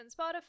spotify